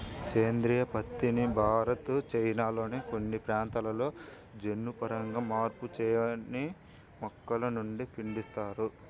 సేంద్రీయ పత్తిని భారత్, చైనాల్లోని కొన్ని ప్రాంతాలలో జన్యుపరంగా మార్పు చేయని మొక్కల నుండి పండిస్తారు